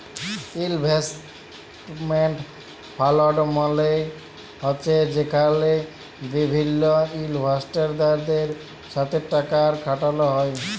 investment fund মালে হছে যেখালে বিভিল্ল ইলভেস্টরদের সাথে টাকা খাটালো হ্যয়